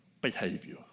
behavior